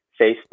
Facebook